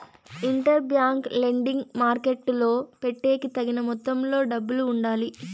inter bank lending మార్కెట్టులో పెట్టేకి తగిన మొత్తంలో డబ్బులు ఉండాలి